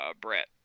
Brett